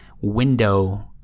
window